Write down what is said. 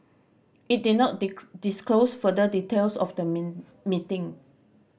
it did not disclose further details of the meeting